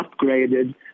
upgraded